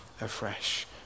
afresh